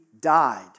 died